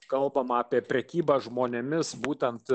kalbama apie prekybą žmonėmis būtent